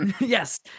Yes